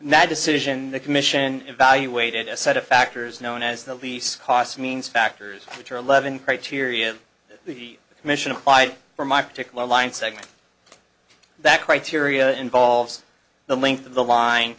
that decision the commission evaluated a set of factors known as the least cost means factors which are eleven criteria of the commission applied for my particular line segment that criteria involves the length of the line